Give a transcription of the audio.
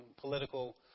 political